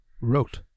Wrote